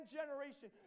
generation